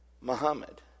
Muhammad